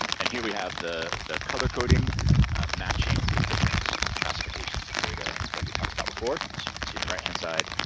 and and here we have the the color coding matching the different classifications of data that we talked about before. as you can see on the right hand side.